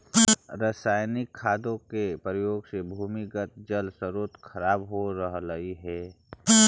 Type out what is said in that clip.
रसायनिक खादों के प्रयोग से भूमिगत जल स्रोत खराब हो रहलइ हे